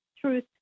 truth